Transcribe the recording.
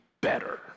better